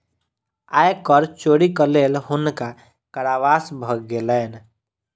आय कर चोरीक लेल हुनका कारावास भ गेलैन